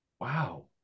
Wow